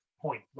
point